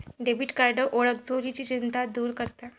debit card ओळख चोरीची चिंता दूर करतात